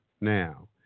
now